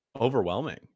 overwhelming